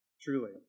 truly